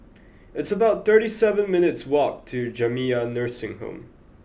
it's about thirty seven minutes' walk to Jamiyah Nursing Home